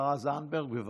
השרה זנדברג, בבקשה.